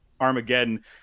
Armageddon